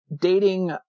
dating